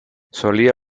solía